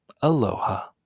Aloha